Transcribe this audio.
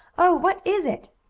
oh, what is it?